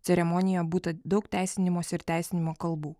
ceremonijoje būta daug teisinimosi ir teisinimo kalbų